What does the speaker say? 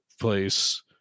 place